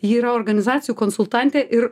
ji yra organizacijų konsultantė ir